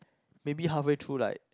maybe halfway through like